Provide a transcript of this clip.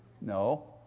No